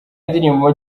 indirimbo